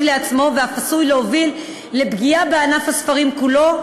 לעצמו ואף עשוי להוביל לפגיעה בענף הספרים כולו,